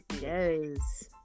Yes